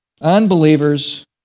Unbelievers